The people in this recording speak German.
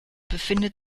befindet